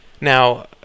Now